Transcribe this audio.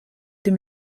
dem